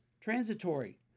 transitory